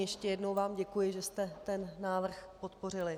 Ještě jednou vám děkuji, že jste ten návrh podpořili.